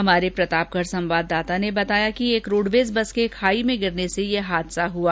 हमारे प्रतापगढ़ संवाददाता ने बताया कि एक रोडवेज बस के खाई में गिरने से यह हादसा हुआ